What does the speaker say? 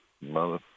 mother